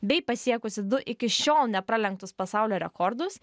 bei pasiekusi du iki šiol nepralenktus pasaulio rekordus